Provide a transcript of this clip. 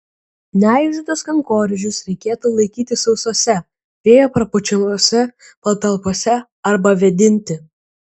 neaižytus kankorėžius reikėtų laikyti sausose vėjo prapučiamose patalpose arba vėdinti